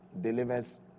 delivers